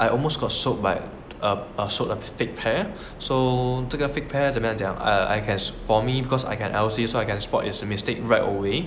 I almost got sold by a a sold of fake pair so 这个 fake pair 怎么样讲 err I guess for me because I can L_C so I can to spot as a mistake